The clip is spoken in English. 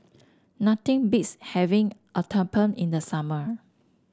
nothing beats having Uthapam in the summer